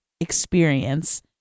experience